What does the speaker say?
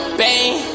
bang